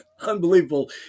unbelievable